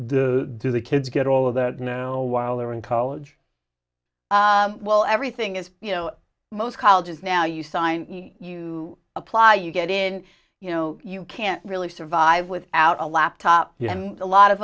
the do the kids get all the while they're in college well everything is you know most colleges now you sign you apply you get in you know you can't really survive without a laptop and a lot of